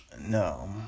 no